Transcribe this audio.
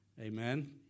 Amen